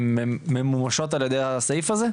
הן ממומשות על ידי הסעיף הזה?